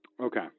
Okay